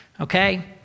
okay